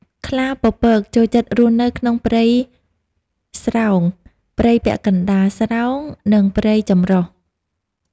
ខ្លាពពកចូលចិត្តរស់នៅក្នុងព្រៃស្រោង ព្រៃពាក់កណ្តាលស្រោង និងព្រៃចម្រុះ។